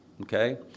okay